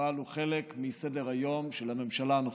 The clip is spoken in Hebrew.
אבל הוא חלק מסדר-היום של הממשלה הנוכחית.